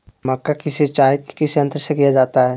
मक्का की सिंचाई किस यंत्र से किया जाता है?